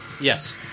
Yes